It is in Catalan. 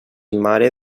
mare